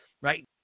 right